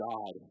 God